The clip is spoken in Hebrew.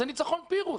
זה ניצחון פירוס.